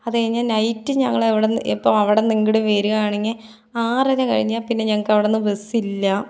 അതുകഴിഞ്ഞ് നൈറ്റ് ഞങ്ങളിവിടുന്ന് ഇപ്പോൾ അവിടുന്നു ഇങ്ങോട്ട് വരുവാണെങ്കിൽ ആറര കഴിഞ്ഞാൽ പിന്നേ ഞങ്ങൾക്കവിടുന്ന് ബസ്സില്ല